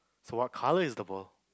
so what colour is the ball